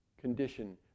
condition